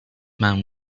man